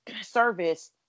service